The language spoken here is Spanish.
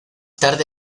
tarde